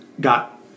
got